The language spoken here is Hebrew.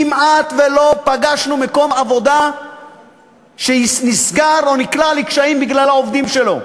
כמעט שלא פגשנו מקום עבודה שנסגר או נקלע לקשיים בגלל העובדים שלו.